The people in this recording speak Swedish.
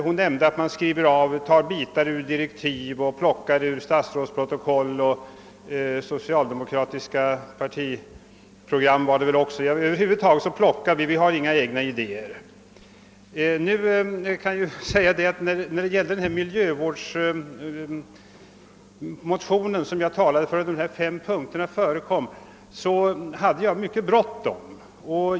Hon nämnde att vi skriver av, tar bitar ur direktiv, ploc kar ur statsrådsprotokoll, socialdemokratiska partiprogram o.s.v. Hon anser att vi över huvud taget plockar och att vi inte har några egna idéer. Vid författandet av de likalydande miljövårdsmotionerna, som jag talade för och där dessa fem punkter förekom, - var det litet bråttom.